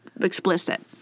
explicit